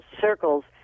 circles